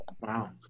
wow